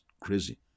crazy